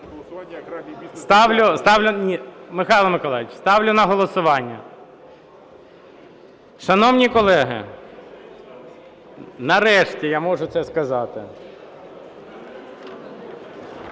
Ставлю на голосування. Шановні колеги! Нарешті я можу це сказати.